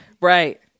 right